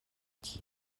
tie